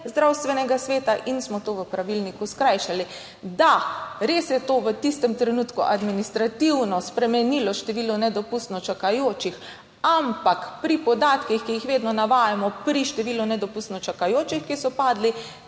Zdravstvenega sveta in smo to v pravilniku skrajšali. Da, res je to v tistem trenutku administrativno spremenilo število nedopustno čakajočih, ampak pri podatkih, ki jih vedno navajamo, pri številu nedopustno čakajočih, ki so padli,